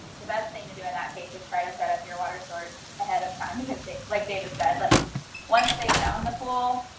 the best thing to do in that case is try to set up your water source ahead of time because it's like david said, but once they found the pool,